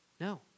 No